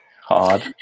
hard